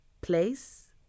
place